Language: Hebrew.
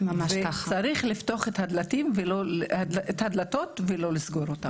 וצריך לפתוח את הדלתות ולא לסגור אותן.